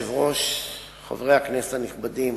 חבר הכנסת אברהם